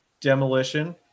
demolition